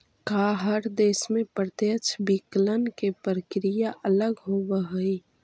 का हर देश में प्रत्यक्ष विकलन के प्रक्रिया अलग होवऽ हइ?